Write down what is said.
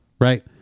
Right